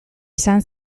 izan